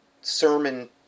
sermon